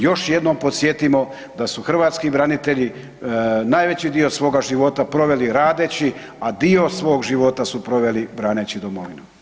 Još jednom podsjetimo da su hrvatski branitelji najveći dio svoga života proveli radeći, a dio svog života su proveli braneći domovinu.